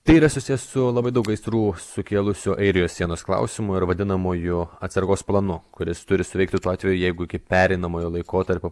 tai yra susiję su labai daug gaisrų sukėlusio airijos sienos klausimu ir vadinamoju atsargos planu kuris turi suveikti tuo atveju jeigu iki pereinamojo laikotarpio